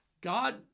God